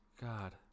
God